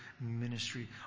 ministry